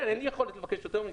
כן, אין לי יכולת לבקש יותר מזה.